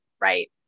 right